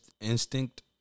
instinct